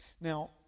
Now